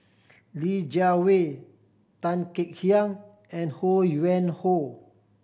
Li Jiawei Tan Kek Hiang and Ho Yuen Hoe